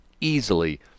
easily